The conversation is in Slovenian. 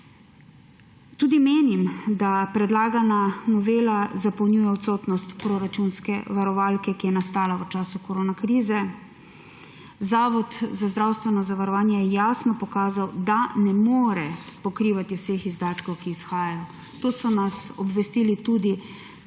Tudi menim, da predlagana novela zapolnjuje odsotnost proračunske varovalke, ki je nastala v času korona krize. Zavod za zdravstveno zavarovanje je jasno pokazal, da ne more pokrivati vseh izdatkov, ki izhajajo. To so nas obvestili tudi